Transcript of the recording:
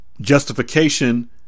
justification